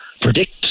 predict